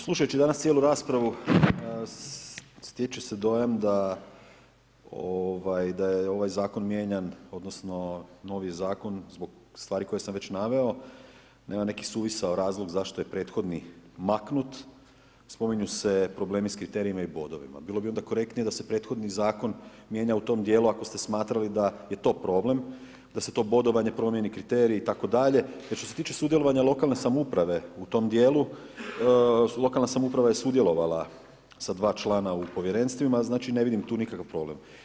Slušajući danas cijelu raspravu stječe se dojam da je ovaj zakon mijenjan odnosno novi zakon zbog stvari koje sam već naveo, nema neki suvisao razlog zašto je prethodni maknut, spominju se problemi s kriterijima i bodovima, bilo bi onda korektnije da se prethodni zakon mijenja u tom djelu ako ste smatrali da je to problem, da se to bodovanje promjeni, kriteriji itd. jer što se tiče sudjelovanja lokalne samouprave u tom djelu, lokalna samouprava je sudjelovala sa dva člana u povjerenstvima, znači ne vidim tu nikakav problem.